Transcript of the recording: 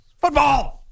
Football